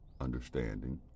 understanding